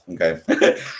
Okay